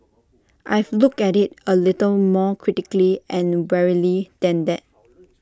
I've looked at IT A little more critically and warily than that